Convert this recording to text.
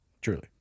Truly